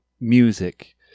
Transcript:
music